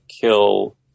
kill